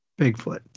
Bigfoot